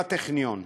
בטכניון,